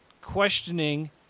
questioning